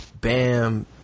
Bam